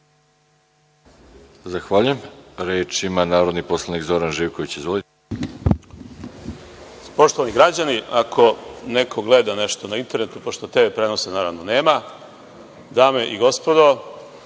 Zahvaljujem. Reč ima narodni poslanik Zoran Živković.